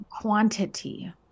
quantity